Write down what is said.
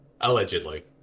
Allegedly